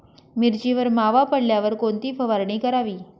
मिरचीवर मावा पडल्यावर कोणती फवारणी करावी?